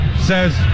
Says